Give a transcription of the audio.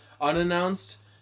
Unannounced